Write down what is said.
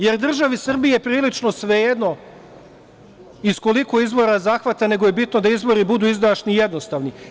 Jer, državi Srbiji je prilično svejedno iz koliko izvora zahvata, nego je bitno da izvori budu izdašni i jednostavni.